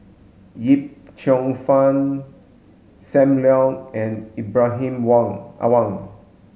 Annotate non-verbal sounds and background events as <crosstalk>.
Yip Cheong Fun Sam Leong and Ibrahim <unintelligible> Awang